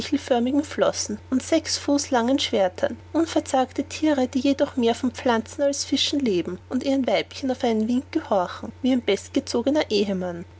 sichelförmigen flossen und sechs fuß langen schwertern unverzagte thiere die jedoch mehr von pflanzen als fischen leben und ihren weibchen auf einen wink gehorchen wie ein bestgezogener ehemann